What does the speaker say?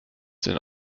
den